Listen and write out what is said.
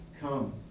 Come